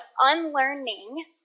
unlearning